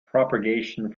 propagation